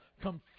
come